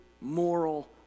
moral